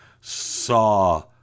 saw